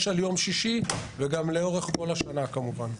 על יום שישי וגם לאורך כל השנה כמובן.